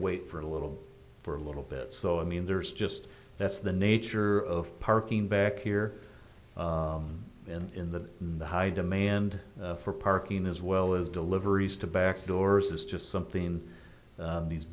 wait for a little for a little bit so i mean there's just that's the nature of parking back here in the in the high demand for parking as well as deliveries to back doors is just something in these